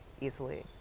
easily